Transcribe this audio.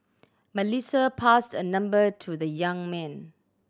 Melissa passed a number to the young man